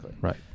Right